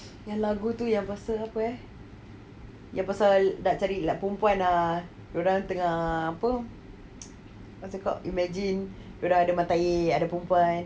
ya lagu tu yang pasal apa ya yang pasal nak cari perempuan ah dorang tengah apa imagine orang ada mata air ada perempuan